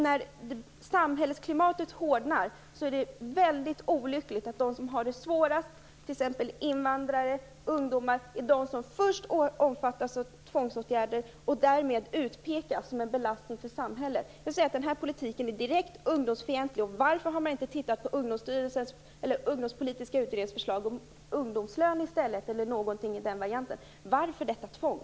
När samhällsklimatet hårdnar är det olyckligt att de som har det svårast, t.ex. invandrare och ungdomar, är de som först kommer att omfattas av tvångsåtgärder och därmed utpekas som en belastning för samhället. Denna politik är direkt ungdomsfientlig. Varför har man inte tittat på den ungdomspolitiska utredningens förslag om ungdomslön i stället? Varför detta tvång?